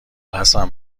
حسن